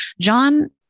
John